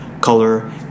color